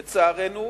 לצערנו,